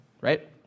Right